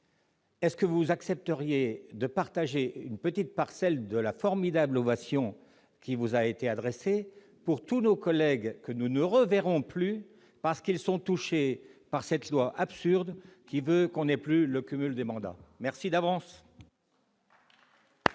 faveur : accepteriez-vous de partager une petite parcelle de la formidable ovation qui vous a été adressée avec tous nos collègues que nous ne reverrons plus, parce qu'ils sont touchés par cette loi absurde qui interdit le cumul des mandats ? La parole